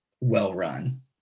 well-run